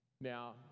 now